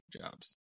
jobs